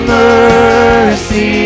mercy